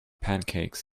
pancakes